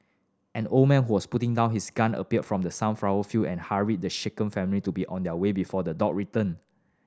an old man who was putting down his gun appeared from the sunflower field and hurried the shaken family to be on their way before the dog return